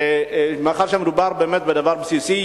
מאחר שמדובר באמת בדבר בסיסי,